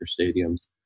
stadiums